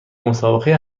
مسابقه